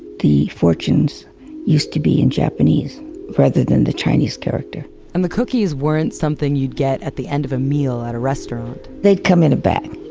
the fortunes used to be in japanese rather than the chinese character and the cookies weren't something you'd get at the end of a meal at a restaurant they'd come in a bag,